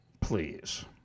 Please